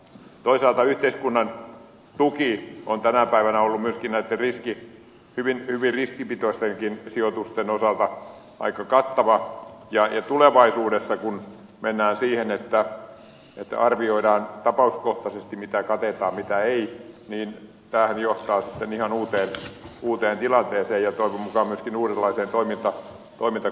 toisaalta yhteiskunnan tuki on tänä päivänä ollut näitten hyvin riskipitoistenkin sijoitusten osalta aika kattava ja tulevaisuudessa kun mennään siihen että arvioidaan tapauskohtaisesti mitä katetaan mitä ei niin se johtaa sitten ihan uuteen tilanteeseen ja toivon mukaan myöskin uudenlaiseen toimintakulttuuriin